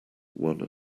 one